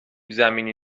زمینی